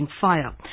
fire